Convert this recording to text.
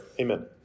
amen